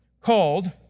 called